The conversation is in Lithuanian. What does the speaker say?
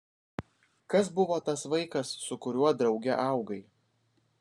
kas buvo tas vaikas su kuriuo drauge augai